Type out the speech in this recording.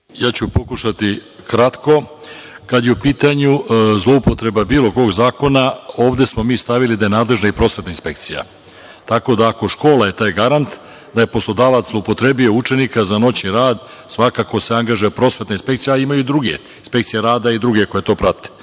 Ja ću pokušati kratko. Kada je u pitanju zloupotreba bilo kog zakona, ovde smo mi stavili da je nadležna i prosvetna inspekcija. Tako da škola je taj garant da ako je poslodavac zloupotrebio učenika za noćni rad, svakako se angažuje prosvetna inspekcija, a imaju i druge inspekcije koje to prate.